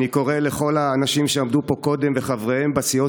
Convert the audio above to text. אני קורא לכל האנשים שעמדו פה קודם ולחבריהם בסיעות